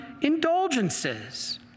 indulgences